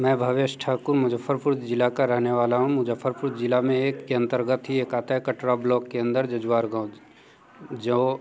मैं भावेश ठाकुर मुज़फ़्फ़रपुर ज़िले का रहने वाला हूँ मुज़फफ़रपुर ज़िले में एक के अंतर्गत ही एक आता है कटरा ब्लॉक के अंदर जजवार गाँव जो